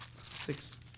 six